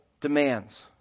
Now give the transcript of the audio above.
demands